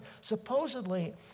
Supposedly